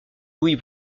louis